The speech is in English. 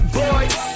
boys